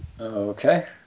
Okay